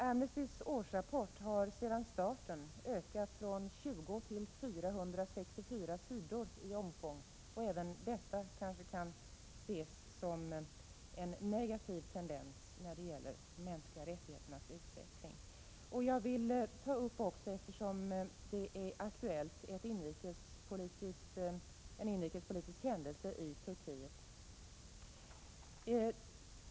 Amnestys årsrapport har sedan starten ökat från 20 till 464 sidor i omfång. Även det kanske kan ses som en negativ tendens när det gäller de mänskliga rättigheternas utveckling. Eftersom den är aktuell vill jag också ta upp en inrikespolitisk händelse i Turkiet.